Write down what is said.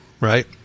right